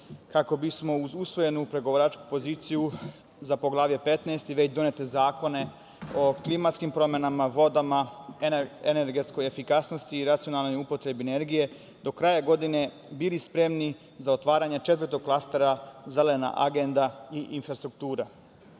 kako bismo uz usvojenu pregovaračku poziciju za Poglavlje 15 i već donete zakone o klimatskim promenama, vodama, energetskoj efikasnosti i racionalnoj upotrebi energije do kraja godine bili spremni za otvaranje Četvrtog klastera – Zelena agenda i infrastruktura. Naša